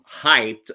hyped